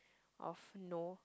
of no